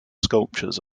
sculptures